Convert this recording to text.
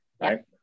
right